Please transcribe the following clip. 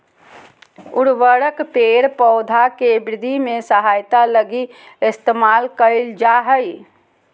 उर्वरक पेड़ पौधा के वृद्धि में सहायता लगी इस्तेमाल कइल जा हइ